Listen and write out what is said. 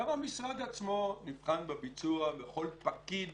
גם המשרד עצמו נבחן בביצוע וכל פקיד